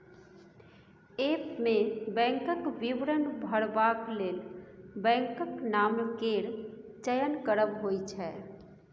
app मे बैंकक विवरण भरबाक लेल बैंकक नाम केर चयन करब होइ छै